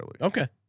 Okay